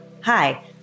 Hi